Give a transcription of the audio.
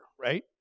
right